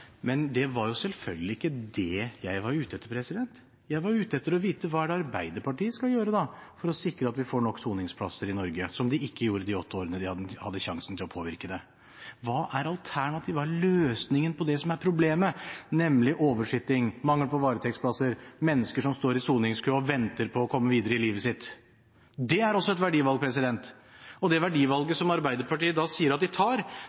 Men det var selvfølgelig ikke det jeg var ute etter. Jeg var ute etter å vite hva Arbeiderpartiet skal gjøre for å sikre at vi får nok soningsplasser i Norge, som de ikke gjorde de åtte årene de hadde sjansen til å påvirke det. Hva er alternativet, hva er løsningen på problemet, nemlig oversitting, mangel på varetektsplasser, mennesker som står i soningskø og venter på å komme videre i livet sitt? Det er også et verdivalg. Det verdivalget Arbeiderpartiet sier at de tar,